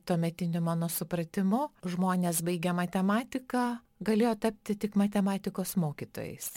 tuometiniu mano supratimu žmonės baigę matematiką galėjo tapti tik matematikos mokytojais